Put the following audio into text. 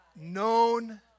known